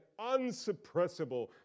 unsuppressible